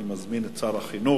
אני מזמין את שר החינוך